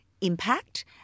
impact